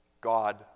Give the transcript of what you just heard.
God